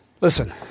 Listen